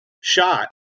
shot